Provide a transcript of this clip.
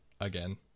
again